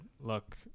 look